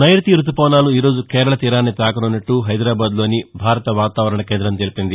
నైరుతి రుతుపవనాలు ఈ రోజు కేరళ తీరాన్ని తాకనున్నట్టు హైదరాబాద్లోని భారత వాతావరణ కేంద్రం తెలిపింది